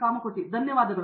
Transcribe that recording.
ಕಾಮಕೋಟಿ ಧನ್ಯವಾದಗಳು